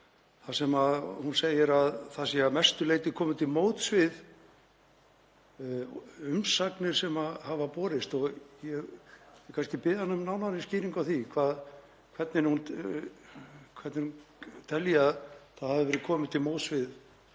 í fjölmiðlum að það sé að mestu leyti komið til móts við umsagnir sem hafa borist. Ég vil kannski biðja hana um nánari skýringu á því hvernig hún telji að það hafi verið komið til móts við